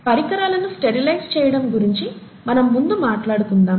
పరికరాలను స్టెరిలైజ్ చేయడం గురించి మనం ముందు మాట్లాడుకుందాం